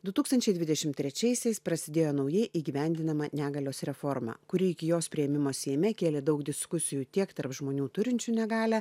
du tūkstančiai dvidešimt trečiaisiais prasidėjo naujai įgyvendinama negalios reforma kuri iki jos priėmimo seime kėlė daug diskusijų tiek tarp žmonių turinčių negalią